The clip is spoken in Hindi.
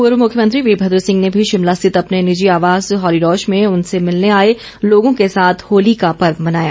पूर्व मुख्यमंत्री वीरभद्र सिंह ने भी शिमला स्थित अपने निजी आवास हॉलीलॉज में उनसे मिलने आए लोगों के साथ होली का पर्व मनाया